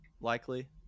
likely